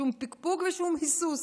שום פקפוק ושום היסוס.